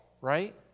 right